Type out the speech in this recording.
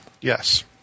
Yes